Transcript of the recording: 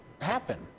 happen